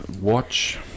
Watch